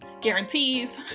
guarantees